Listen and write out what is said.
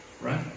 Right